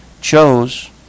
chose